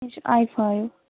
یہِ چھُ A five